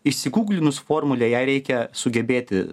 išsiguglinus formulę ją reikia sugebėti